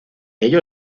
ellos